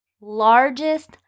largest